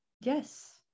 yes